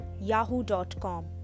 yahoo.com